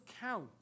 count